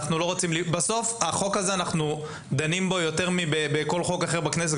בחוק הזה אנחנו דנים יותר מבכל חוק אחר בכנסת,